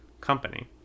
company